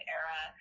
era